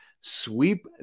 Sweep